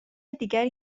دیگری